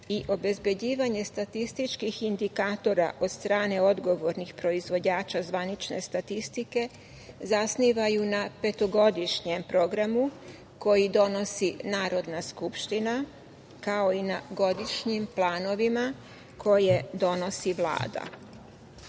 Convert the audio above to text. i obezbeđivanje statističkih indikatora od strane odgovornih proizvođača zvanične statistike zasnivaju na petogodišnjem programu koji donosi Narodna skupština, kao i na godišnjim planovima koje donosi Vlada.